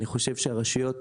אני חושב שהרשויות